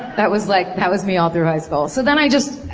that was like that was me all through high school. so then i just.